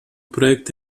проект